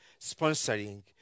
sponsoring